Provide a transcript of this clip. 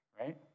Right